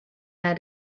their